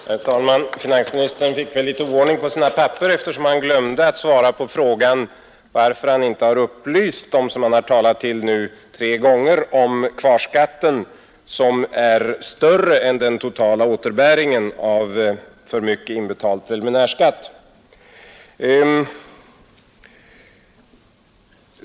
Herr talman! Finansministern fick väl litet oordning på sina papper, eftersom han glömde svara på frågan, varför han inte har upplyst dem som han nu har talat till tre gånger om kvarskatten, som är större än den totala återbäringen av för mycket inbetald preliminärskatt.